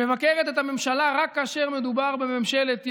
שמבקרת את הממשלה רק כאשר מדובר בממשלת ימין,